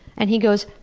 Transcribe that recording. and he goes,